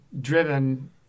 driven